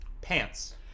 pants